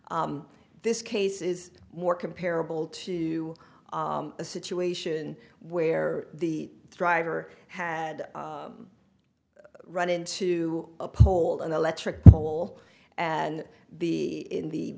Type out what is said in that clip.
norm this case is more comparable to a situation where the driver had run into a pole an electric pole and be in the